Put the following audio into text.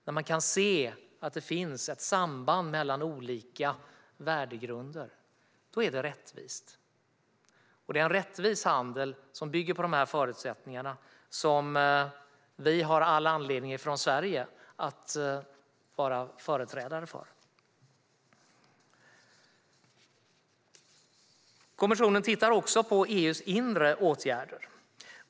När man kan se att det finns ett samband mellan olika värdegrunder är det rättvist, och det är en rättvis handel som bygger på dessa förutsättningar som vi från Sveriges sida har all anledning att vara företrädare för. Kommissionen tittar också på EU:s inre åtgärder.